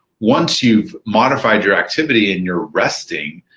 once you've modified your activity and you're resting,